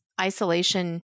isolation